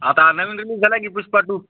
आता नवीन रिलिज झाला आहे की पुष्पा टू